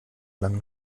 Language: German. langen